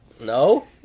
No